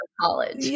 college